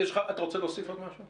אתה רוצה להוסיף עוד משהו?